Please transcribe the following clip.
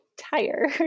tired